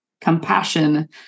compassion